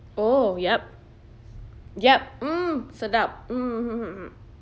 oh yup yup mm sedap mm hmm hmm hmm